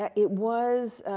ah it was,